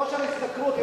ראש ההסתדרות,